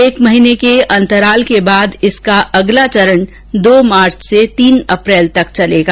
एक महीने के अंतराल के बाद इसका अगला चरण दो मार्च से तीन अप्रैल तक चलेगा